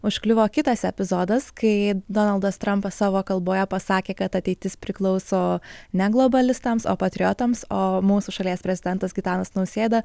užkliuvo kitas epizodas kai donaldas trampas savo kalboje pasakė kad ateitis priklauso ne globalistams o patriotams o mūsų šalies prezidentas gitanas nausėda